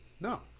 No